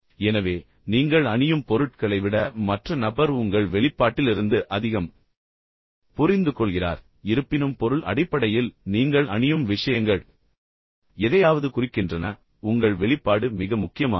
எனவே நீங்கள் அணியும் பொருட்களை விட மற்ற நபர் உங்கள் வெளிப்பாட்டிலிருந்து அதிகம் புரிந்துகொள்கிறார் இருப்பினும் பொருள் அடிப்படையில் நீங்கள் அணியும் விஷயங்கள் எதையாவது குறிக்கின்றன ஆனால் உங்கள் வெளிப்பாடு மிக முக்கியமானது